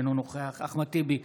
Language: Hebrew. אינו נוכח אחמד טיבי,